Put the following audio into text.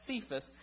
Cephas